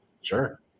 Sure